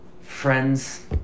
Friends